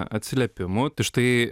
atsiliepimų tai štai